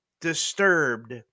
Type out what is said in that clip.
disturbed